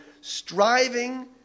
striving